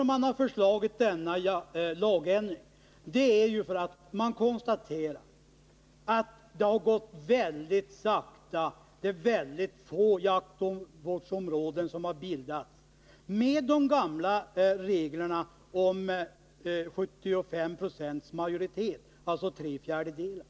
Man har föreslagit lagändringen därför att man konstaterat att det gått mycket sakta att bilda jaktvårdsområden. Det är mycket få sådana som bildats med de gamla reglerna om en majoritet på 75 90, alltså tre fjärdedelar.